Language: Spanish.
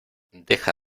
deja